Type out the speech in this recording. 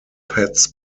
pets